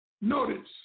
notice